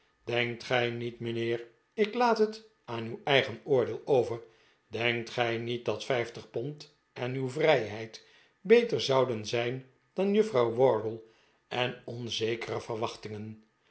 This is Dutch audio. d'enkt gij niet mijnheer ik laat net aan uw eigen oordeel over denkt gij niet dat vijftig pond en uw vrijheid beter zouden zijn dan juffrouw wardle en onzekere verwachtingen